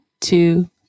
two